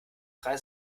drei